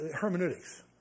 hermeneutics